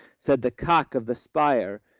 said the cock of the spire,